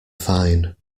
fine